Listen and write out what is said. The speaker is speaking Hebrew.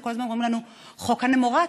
וכל הזמן אומרים לנו: חוק הנומרטור,